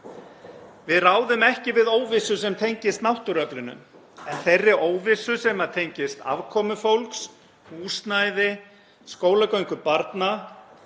Við ráðum ekki við óvissu sem tengist náttúruöflunum en þeirri óvissu sem tengist afkomu fólks, húsnæði, skólagöngu barna